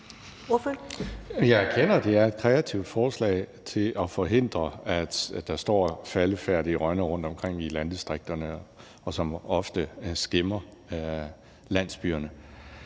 Jeg erkender, at det er et kreativt forslag til at forhindre, at der står faldefærdige rønner rundtomkring i landdistrikterne, som ofte skæmmer landsbyerne.